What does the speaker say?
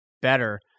better